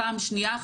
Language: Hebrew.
פעם שנייה,